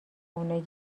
اونایی